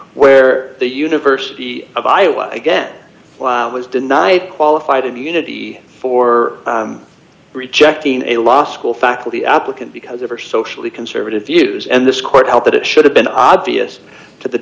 where the university of iowa again while it was denied qualified immunity for rejecting a law school faculty applicant because of her socially conservative views and this court held that it should have been obvious to the